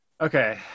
Okay